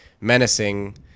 menacing